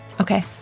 Okay